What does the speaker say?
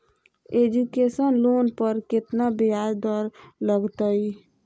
Education loan पर केतना ब्याज दर लगतई?